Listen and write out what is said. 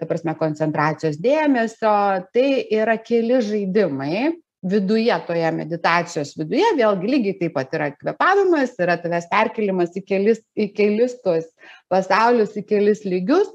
ta prasme koncentracijos dėmesio tai yra keli žaidimai viduje toje meditacijos viduje vėlgi lygiai taip pat yra kvėpavimas yra tavęs perkėlimas į kelis į kelis tuos pasaulius į kelis lygius